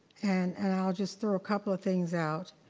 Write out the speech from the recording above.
and and i'll just throw a couple of things out,